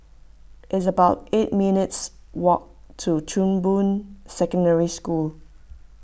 it's about eight minutes' walk to Chong Boon Secondary School